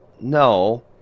no